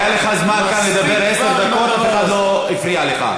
היה לך זמן לדבר עשר דקות ואף אחד לא הפריע לך.